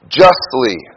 justly